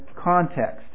context